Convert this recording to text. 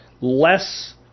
less